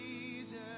Jesus